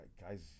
guys